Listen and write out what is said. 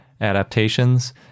adaptations